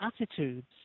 attitudes